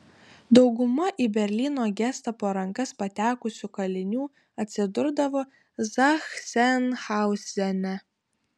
dauguma į berlyno gestapo rankas patekusių kalinių atsidurdavo zachsenhauzene